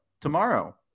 Tomorrow